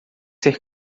ser